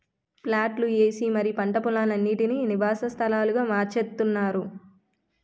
ప్లాట్లు ఏసి మరీ పంట పోలాలన్నిటీనీ నివాస స్థలాలుగా మార్చేత్తున్నారు